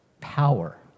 power